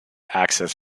access